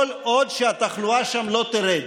כל עוד התחלואה שם לא תרד.